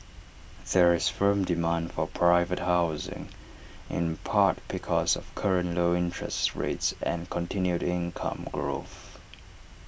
there is firm demand for private housing in part because of current low interest rates and continued income growth